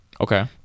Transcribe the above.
Okay